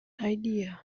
idea